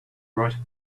write